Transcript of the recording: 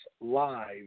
Live